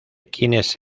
quienes